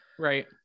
Right